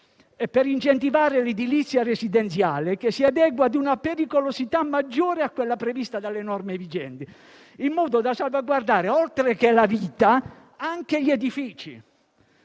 e per incentivare l'edilizia residenziale, che si adegua ad una pericolosità maggiore a quella prevista dalle norme vigenti, in modo da salvaguardare, oltre che la vita, anche gli edifici.